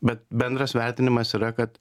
bet bendras vertinimas yra kad